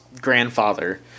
grandfather